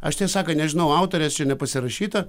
aš tiesą sakant nežinau autorės čia nepasirašyta